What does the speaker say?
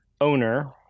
owner